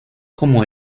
como